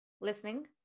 listening